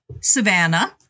Savannah